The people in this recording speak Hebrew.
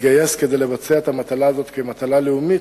התגייס כדי לבצע את המטלה הזאת כמטלה לאומית,